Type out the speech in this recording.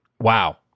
Wow